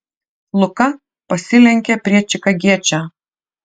luka pasilenkė prie čikagiečio